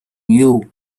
you